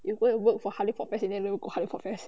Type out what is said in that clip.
you go and work for hallyu pop fest but you never go for hallyu pop